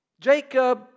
Jacob